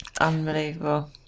Unbelievable